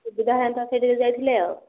ସୁବିଧା ଯାଇଥିଲେ ଆଉ